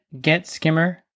GetSkimmer